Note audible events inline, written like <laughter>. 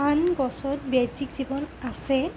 আন গছত <unintelligible> জীৱন আছে